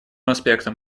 аспектом